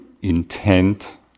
intent